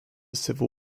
civil